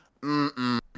mm-mm